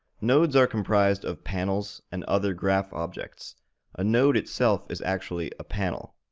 nodes are comprised of panels and other graphobjects a node itself is actually a panel.